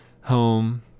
home